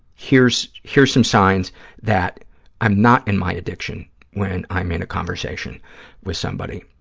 here's here's some signs that i'm not in my addiction when i'm in a conversation with somebody.